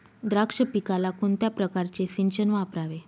द्राक्ष पिकाला कोणत्या प्रकारचे सिंचन वापरावे?